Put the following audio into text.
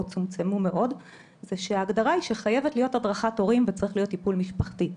היא שההגדרה היא שחייבת להיות הדרכת הורים וצריך להיות טיפול משפחתי.